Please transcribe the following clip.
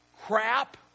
crap